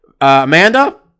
Amanda